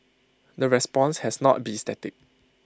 the response has not be static